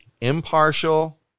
Impartial